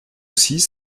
six